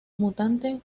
mutante